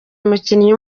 umukinnyi